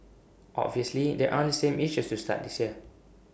obviously there aren't the same issues to start this year